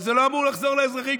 וזה לא אמור לחזור לאזרחים,